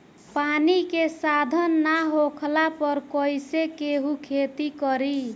पानी के साधन ना होखला पर कईसे केहू खेती करी